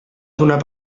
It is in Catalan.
donar